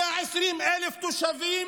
120,000 תושבים